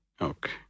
Okay